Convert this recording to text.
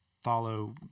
follow